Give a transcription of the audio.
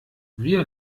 wir